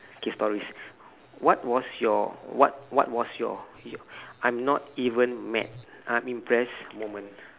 K stories what was your what what was your your I'm not even mad I'm impressed moment